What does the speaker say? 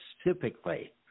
specifically